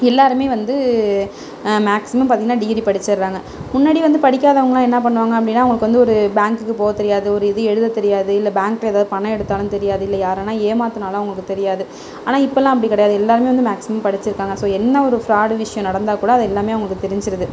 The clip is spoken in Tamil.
எல்லோருமே வந்து மேக்ஸிமம் பார்த்திங்ன்னா டிகிரி படிச்சுட்றாங்க முன்னாடி வந்து படிக்காதவங்கலாம் என்ன பண்ணுவாங்க அப்படின்னா அவங்களுக்கு வந்து ஒரு பேங்க்குக்கு போக தெரியாது ஒரு இது எழுத தெரியாது இல்லை பேங்கில் எதாவது பணம் எடுத்தாலும் தெரியாது இல்லை யாரனா ஏமாற்றுனாலும் அவங்களுக்கு தெரியாது ஆனால் இப்போலாம் அப்படி கிடையாது எல்லோருமே வந்து மேக்ஸிமம் படிச்சுருக்காங்க ஸோ என்ன ஒரு ஃபராட் விஷயோம் நடந்தால் கூட அதெல்லாமே அவங்களுக்கு தெரிஞ்சுடுது